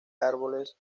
árboles